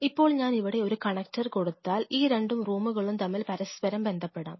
ഇപ്പോൾ ഞാൻ ഇവിടെ ഒരു കണക്ടർ കൊടുത്താൽ ഈ രണ്ടു റൂമുകളും തമ്മിൽ പരസ്പരം ബന്ധപ്പെടാം